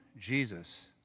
Jesus